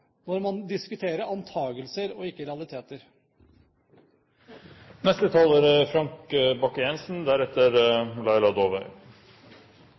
når man diskuterer antagelser og ikke realiteter. Du skal se at det er